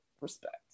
respect